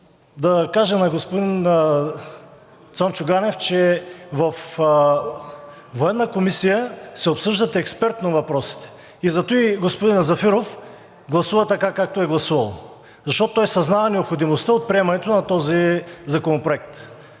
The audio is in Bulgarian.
да кажа на господин Цончо Ганев, че във Военната комисия се обсъждат експертно въпросите и затова господин Зафиров гласува така, както е гласувал, защото той съзнава необходимостта от приемането на този законопроект.